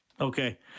Okay